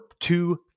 two